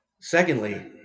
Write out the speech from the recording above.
secondly